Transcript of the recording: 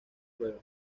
prueba